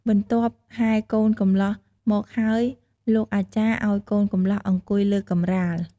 បន្ទាប់ហែរកូនកំលោះមកហើយ លោកអាចារ្យឲ្យកូនកំលោះអង្គុយលើកម្រាល។